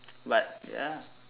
but ya